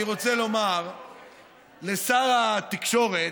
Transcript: אני רוצה לומר לשר התקשורת,